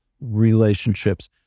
relationships